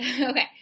Okay